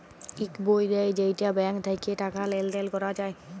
ইক বই দেয় যেইটা ব্যাঙ্ক থাক্যে টাকা লেলদেল ক্যরা যায়